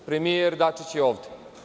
Premijer Dačić je ovde.